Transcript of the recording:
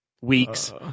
Weeks